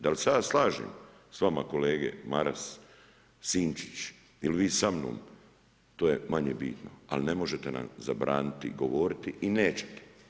Da li se ja slažem sa vama kolege Maras, Sinčić ili vi sa mnom to je manje bitno, ali ne možete nam zabraniti govoriti i nećete.